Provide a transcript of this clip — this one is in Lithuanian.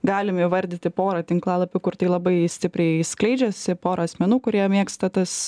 galim įvardyti porą tinklalapių kur tai labai stipriai skleidžiasi pora asmenų kurie mėgsta tas